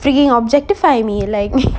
frigging objectifying me like